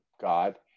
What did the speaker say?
God